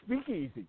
speakeasy